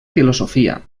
filosofia